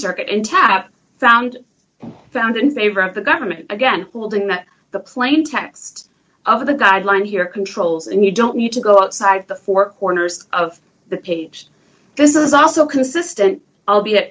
circuit in tap found found in favor of the government again holding that the plain text of the guideline here controls and you don't need to go outside the four corners of the page this is also consistent